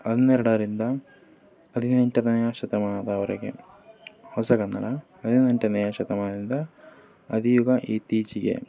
ಹನ್ನೆರಡರಿಂದ ಹದಿನೆಂಟನೆಯ ಶತಮಾನದವರೆಗೆ ಹೊಸಗನ್ನಡ ಹದಿನೆಂಟನೆಯ ಶತಮಾನದಿಂದ ಯುಗ ಇತ್ತೀಚಿಗೆ